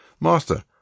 Master